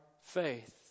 faith